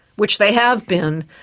which they have been,